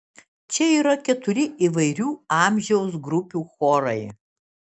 čia yra keturi įvairių amžiaus grupių chorai